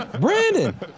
Brandon